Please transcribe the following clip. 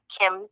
Kim